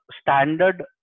standard